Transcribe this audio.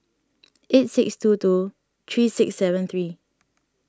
eight six two two three six seven three